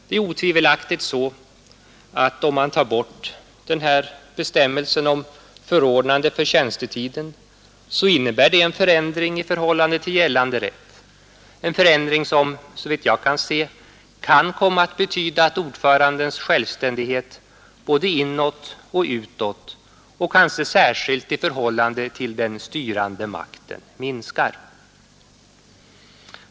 Det är otvivelaktigt så, att om man tar bort bestämmelsen om förordnande för tjänstetiden, så innebär det en förändring i förhållande till gällande rätt som, såvitt jag förstår, kan komma att betyda att ordförandens självständighet både inåt och utåt, och kanske särskilt i förhållande till den styrande makten, minskar.